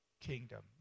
kingdom